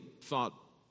thought